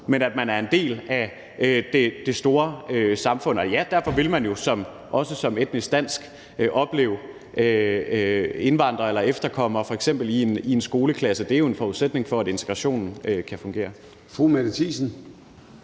men at man er en del af det store samfund. Og ja, derfor vil man også som etnisk dansk opleve, at der er indvandrere eller efterkommere i f.eks. en skoleklasse, og det er jo en forudsætning for, at integrationen kan fungere.